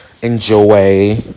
enjoy